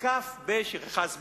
נתקף שכחה זמנית.